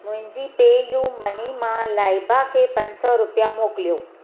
मुंहिंजी पेयूमनी मां लाइबा खे पंज सौ रुपिया मोकिलियो